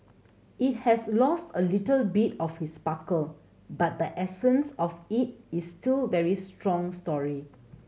it has lost a little bit of its sparkle but the essence of it is still very strong story